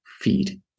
feed